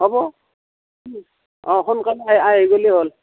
হ'ব অঁ সোনকালে আহি গ'লে হ'ল